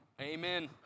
amen